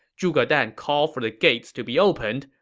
zhuge dan called for the gates to be opened,